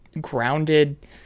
grounded